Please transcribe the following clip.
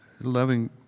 loving